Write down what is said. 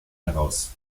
heraus